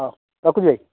ହଉ ରଖୁଛି ଭାଇ